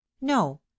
No